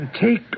Take